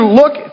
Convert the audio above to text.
look